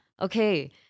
Okay